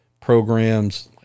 programs